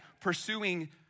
Pursuing